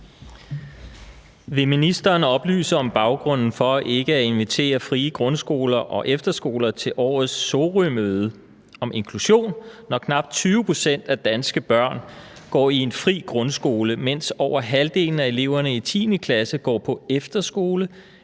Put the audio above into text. Vil ministeren oplyse om baggrunden for ikke at invitere frie grundskoler og efterskoler til årets Sorømøde om inklusion, når knap 20 pct. af danske børn går i en fri grundskole, mens over halvdelen af eleverne i 10. klasse går på efterskole,